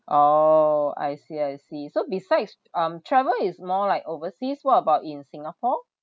oh I see I see so besides um travel is more like overseas what about in singapore